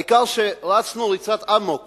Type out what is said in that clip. העיקר שרצנו ריצת אמוק